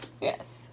Yes